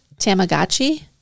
Tamagotchi